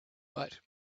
but